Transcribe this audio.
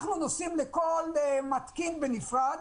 אנחנו נוסעים לכל מתקין בנפרד,